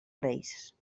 reis